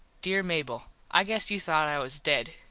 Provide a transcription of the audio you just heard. dere mable i guess you thought i was dead.